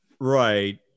right